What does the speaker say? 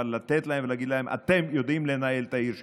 אבל לתת להם ולהגיד להם: אתם יודעים לנהל את העיר שלכם,